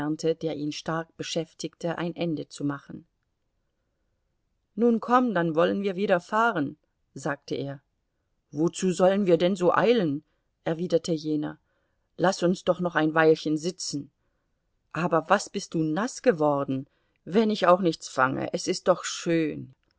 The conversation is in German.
der ihn stark beschäftigte ein ende zu machen nun komm dann wollen wir wieder fahren sagte er wozu sollen wir denn so eilen erwiderte jener laß uns doch noch ein weilchen sitzen aber was bist du naß geworden wenn ich auch nichts fange es ist doch schön